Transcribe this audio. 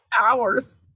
hours